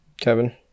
kevin